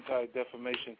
Anti-Defamation